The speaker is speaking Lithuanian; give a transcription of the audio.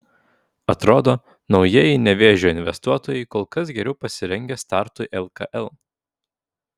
atrodo naujieji nevėžio investuotojai kol kas geriau pasirengę startui lkl